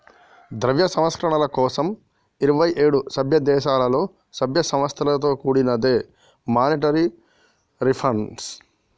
ద్రవ్య సంస్కరణల కోసం ఇరవై ఏడు సభ్యదేశాలలో, సభ్య సంస్థలతో కూడినదే మానిటరీ రిఫార్మ్